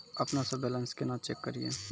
अपनों से बैलेंस केना चेक करियै?